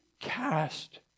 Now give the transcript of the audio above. Cast